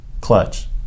Clutch